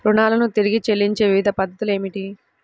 రుణాలను తిరిగి చెల్లించే వివిధ పద్ధతులు ఏమిటి?